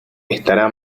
estará